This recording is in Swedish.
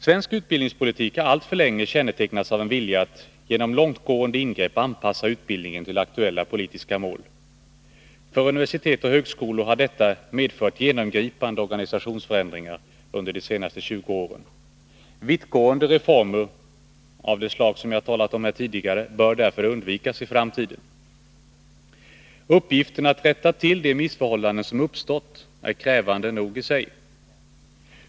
Svensk utbildningspolitik har alltför länge kännetecknats av en vilja att genom långtgående ingrepp anpassa utbildningen till aktuella politiska mål. För universitet och högskolor har detta medfört genomgripande organisationsförändringar under de senaste 20 åren. Vittgående reformer av det slag som jag talat om här tidigare bör därför undvikas i framtiden. Uppgiften att rätta till de missförhållanden som uppstått är krävande i sig.